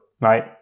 right